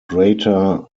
greater